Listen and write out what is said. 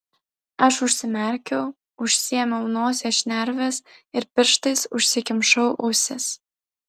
aš užsimerkiau užsiėmiau nosies šnerves ir pirštais užsikimšau ausis